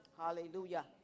Hallelujah